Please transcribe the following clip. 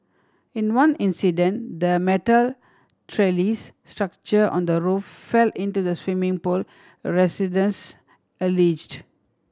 in one incident the metal trellis structure on the roof fell into the swimming pool residents alleged